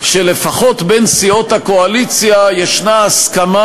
שלפחות בין סיעות הקואליציה יש הסכמה